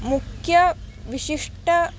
मुख्यं विशिष्टं